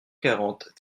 quarante